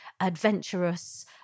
adventurous